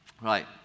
Right